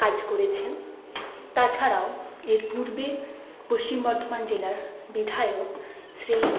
কাজ করেছেন তাছাড়াও এর পূর্বে পশ্চিম বর্ধমান জেলার বিধায়ক শ্রী